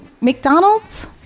McDonald's